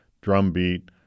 drumbeat